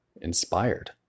inspired